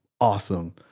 awesome